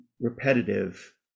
repetitive